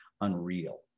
unreal